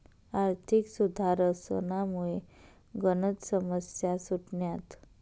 आर्थिक सुधारसनामुये गनच समस्या सुटण्यात